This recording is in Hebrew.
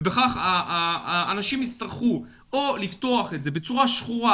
ובכך האנשים יצטרכו או לפתוח את זה בצורה שחורה,